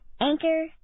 Anchor